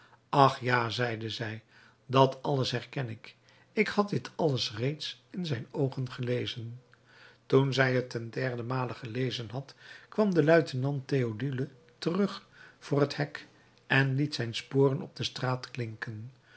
ach ja zeide zij dat alles herken ik ik had dit alles reeds in zijn oogen gelezen toen zij het ten derdemale gelezen had kwam de luitenant theodule terug voor het hek en liet zijn sporen op de straat klinken